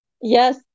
Yes